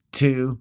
two